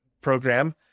program